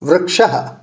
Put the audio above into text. वृक्षः